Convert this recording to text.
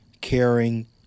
caring